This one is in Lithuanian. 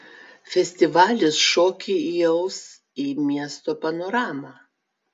festivalis šokį įaus į miesto panoramą